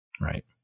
Right